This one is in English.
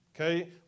Okay